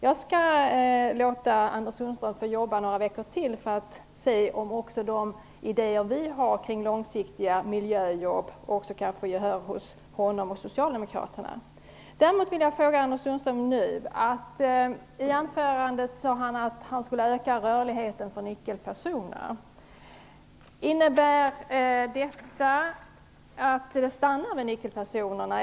Jag skall låta Anders Sundström få jobba några veckor till för att se om också de idéer vi har till långsiktiga miljöjobb kan få gehör hos honom och socialdemokraterna. Däremot vill jag nu ställa en annan fråga till Anders Sundström. I anförandet sade han att rörligheten för nyckelpersoner skulle öka. Innebär detta att det stannar vid nyckelpersonerna?